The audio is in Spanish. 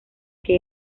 que